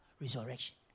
resurrection